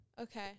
Okay